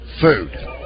food